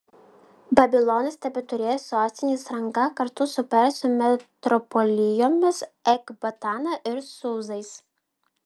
babilonas tebeturėjo sostinės rangą kartu su persų metropolijomis ekbatana ir sūzais